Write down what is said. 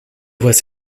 was